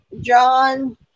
John